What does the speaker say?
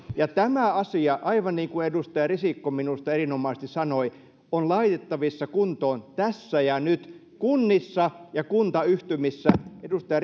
ja tämä asia aivan niin kuin edustaja risikko minusta erinomaisesti sanoi on laitettavissa kuntoon tässä ja nyt kunnissa ja kuntayhtymissä edustaja